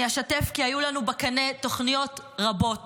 אני אשתף כי היו לנו בקנה תוכניות רבות